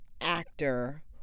actor